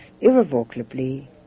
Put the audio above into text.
irrevocably